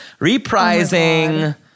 reprising